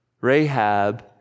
Rahab